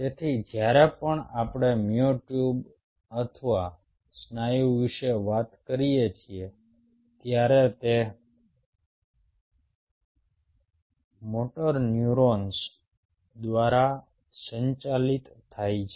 તેથી જ્યારે પણ આપણે મ્યોટ્યુબ અથવા સ્નાયુ વિશે વાત કરીએ છીએ ત્યારે તે મોટર ન્યુરોન્સ દ્વારા સંચાલિત થાય છે